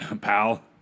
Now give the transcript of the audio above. Pal